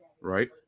right